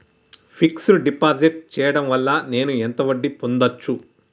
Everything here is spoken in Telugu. ఫిక్స్ డ్ డిపాజిట్ చేయటం వల్ల నేను ఎంత వడ్డీ పొందచ్చు?